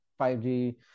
5g